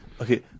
okay